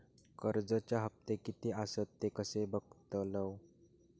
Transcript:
कर्जच्या हप्ते किती आसत ते कसे बगतलव?